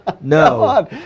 no